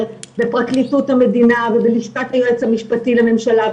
בפרקליטות המדינה ובלשכת היועץ המשפטי לממשלה,